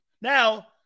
Now